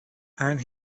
and